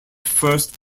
first